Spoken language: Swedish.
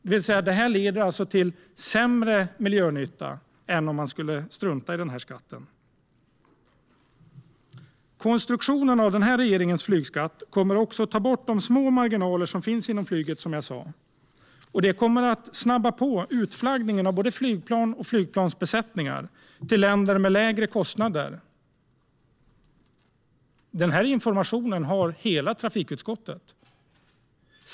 Det här leder till sämre miljönytta än om man skulle strunta i skatten. Konstruktionen av den här regeringens flygskatt kommer också att ta bort de små marginaler som finns inom flyget. Det kommer att snabba på utflaggningen av både flygplan och flygplansbesättningar till länder med lägre kostnader. Den här informationen har hela trafikutskottet tillgång till.